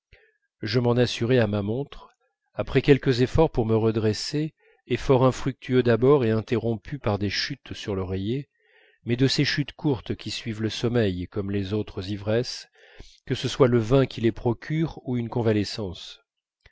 je m'en assurais à ma montre après quelques efforts pour me redresser efforts infructueux d'abord et interrompus par des chutes sur l'oreiller mais de ces chutes courtes qui suivent le sommeil comme les autres ivresses que ce soit le vin qui les procure ou une convalescence